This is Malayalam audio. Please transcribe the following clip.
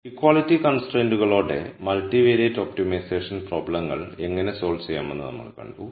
ഇക്വാളിറ്റി കൺസ്ട്രൈയ്ന്റുകളോടെ മൾട്ടിവേറിയറ്റ് ഒപ്റ്റിമൈസേഷൻ പ്രോബ്ലങ്ങൾ എങ്ങനെ സോൾവ് ചെയ്യാമെന്ന് നമ്മൾ കണ്ടു